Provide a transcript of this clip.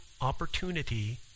opportunity